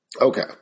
Okay